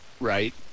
right